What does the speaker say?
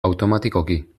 automatikoki